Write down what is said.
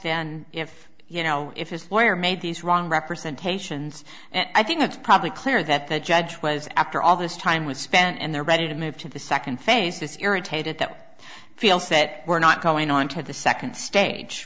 then if you know if his lawyer made these wrong representation and i think it's probably clear that the judge was after all this time was spent and they're ready to move to the second phase this irritated that feel said we're not going on to the second stage